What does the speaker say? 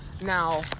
Now